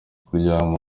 kuryama